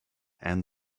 and